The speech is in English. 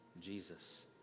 Jesus